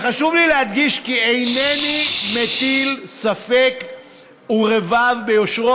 וחשוב לי להדגיש כי אינני מטיל ספק או רבב ביושרו